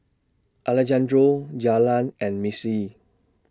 Alejandro Jaylan and Mitzi